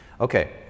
Okay